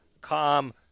calm